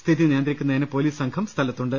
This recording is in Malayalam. സ്ഥിതി നിയന്ത്രിക്കുന്നതിന് പൊലീസ് സംഘം സ്ഥലത്തുണ്ട്